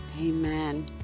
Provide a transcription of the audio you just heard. Amen